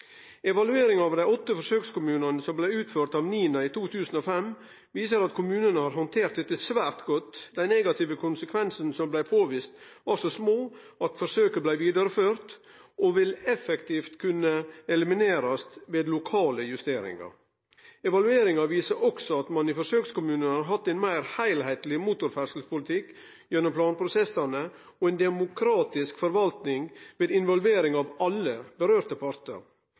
Evalueringa av dei åtte forsøkskommunane som blei utført av NINA i 2005, viser at kommunane har handtert dette svært godt. Dei negative konsekvensane som blei påviste, var så små at forsøket blei vidareført, og vil effektivt kunne eliminerast ved lokale justeringar. Evalueringa viser òg at ein i forsøkskommunane har hatt ein meir heilskapleg motorferdselspolitikk gjennom planprosessane og ei demokratisk forvalting ved involvering av alle partar